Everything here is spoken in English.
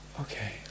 Okay